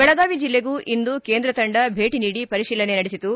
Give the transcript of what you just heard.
ಬೆಳಗಾವಿ ಜಿಲ್ಲೆಗೂ ಇಂದು ಕೇಂದ್ರ ತಂಡ ಭೇಟಿ ನೀಡಿ ಪರಿತೀಲನೆ ನಡೆಸಿತು